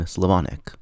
Slavonic